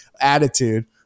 attitude